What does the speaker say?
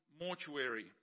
mortuary